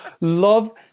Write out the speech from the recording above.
love